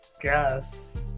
guess